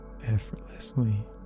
effortlessly